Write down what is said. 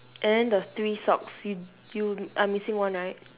and then the three socks you you are missing one right